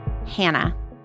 Hannah